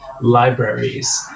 libraries